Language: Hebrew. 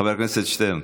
חבר הכנסת שטרן,